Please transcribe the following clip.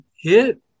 hit